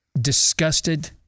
disgusted